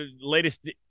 latest